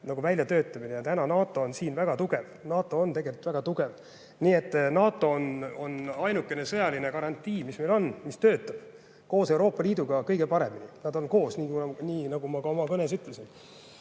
asjade väljatöötamine. NATO on siin väga tugev. NATO on tegelikult väga tugev, nii et NATO on ainukene sõjaline garantii, mis meil on, mis töötab koos Euroopa Liiduga kõige paremini. Nad on koos, nii nagu ma ka oma kõnes ütlesin. Nii